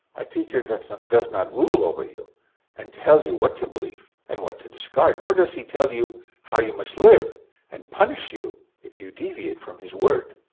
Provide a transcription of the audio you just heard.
a teacher does does not rule over you and tell you what to believe and what to discard, nor does he tell you how you must live and punish you if you deviate from his word.